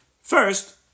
First